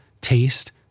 taste